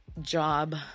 job